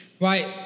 right